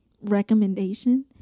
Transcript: recommendation